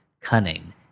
cunning